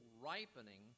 ripening